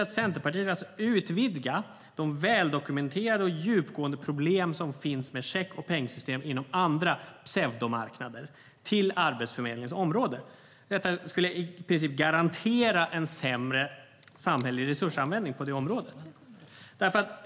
Jo, Centerpartiet vill alltså utvidga de väldokumenterade och djupgående problem som finns med check och pengsystem inom andra pseudomarknader, till Arbetsförmedlingens område. Det skulle i princip garantera en sämre samhällelig resursanvändning på det området.